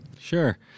Sure